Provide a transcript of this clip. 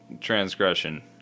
transgression